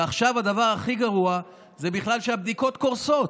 ועכשיו הדבר הכי גרוע זה שבכלל הבדיקות קורסות,